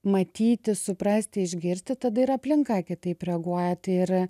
matyti suprasti išgirsti tada ir aplinka kitaip reaguoja tai ir